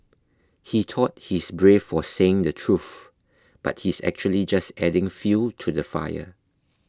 he thought he's brave for saying the truth but he's actually just adding fuel to the fire